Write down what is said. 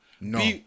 No